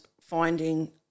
finding